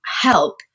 help